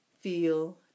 feel